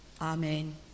Amen